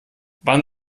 wann